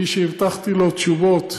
מי שהבטחתי לו תשובות,